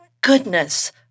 goodness